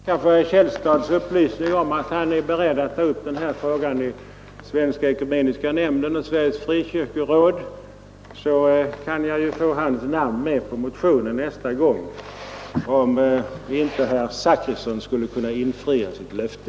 Herr talman! Efter herr Källstads upplysning om att han är beredd att ta upp frågan i ekumeniska nämnden och Sveriges frikyrkoråd räknar jag med att få hans namn under motionen nästa gång, om herr Zachrisson inte skulle kunna infria sitt löfte.